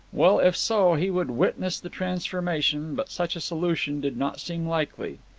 well, if so, he would witness the transformation, but such a solution did not seem likely.